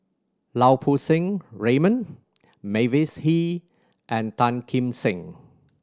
Lau Poo Seng Raymond Mavis Hee and Tan Kim Seng